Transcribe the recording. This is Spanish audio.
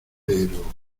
pero